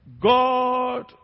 God